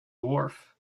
wharf